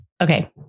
Okay